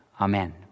Amen